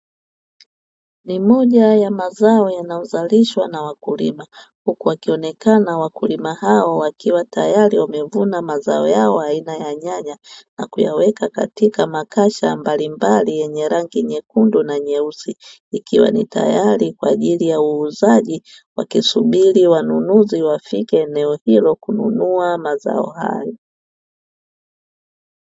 Ni moja ya mazao yanayo zalishwa na wakulima, huku wakionekana wakulima hao wakiwa tayari wamevuna mazao yao aina ya nyanya na kuyaweka katika makasha mbalimbali yenye rangi nyekundu na nyeusi, ikiwa ni tayari kwa ajili ya uuzaji wakisubiri wanunuzi wafike eneo hilo kununua mazao hayo.